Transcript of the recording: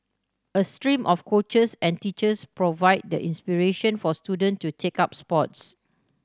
a stream of coaches and teachers provide the inspiration for student to take up sports